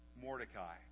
Mordecai